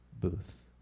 booth